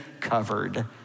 covered